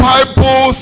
Bible